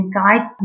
guide